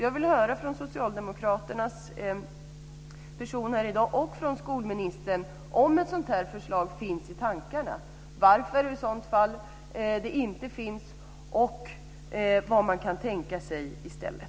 Jag vill höra från Socialdemokraternas representant här i dag och från skolministern om ett sådant här förslag finns i tankarna eller varför det inte finns och vad man kan tänka sig i stället.